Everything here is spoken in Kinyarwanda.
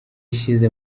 ishize